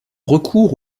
recours